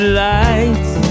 lights